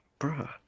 bruh